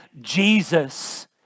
Jesus